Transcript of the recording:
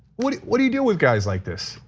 what do what do you do with guys like this?